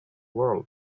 world